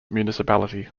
municipality